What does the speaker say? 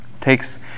Takes